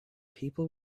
people